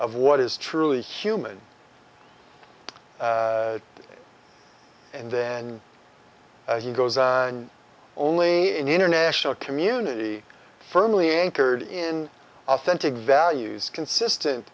of what is truly human and then he goes only in international community firmly anchored in authentic values consistent